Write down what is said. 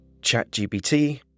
ChatGPT